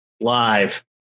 live